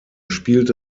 spielte